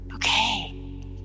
okay